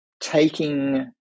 taking